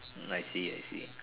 I see I see